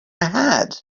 had